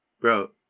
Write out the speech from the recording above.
Bro